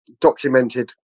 documented